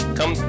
Come